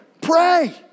pray